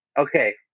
Okay